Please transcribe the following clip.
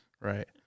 Right